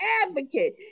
advocate